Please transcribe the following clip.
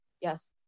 yes